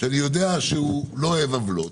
שאני יודע שלא אוהב עוולות,